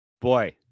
Boy